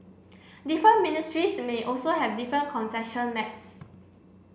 different ministries may also have different concession maps